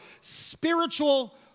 spiritual